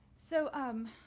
so um,